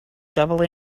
double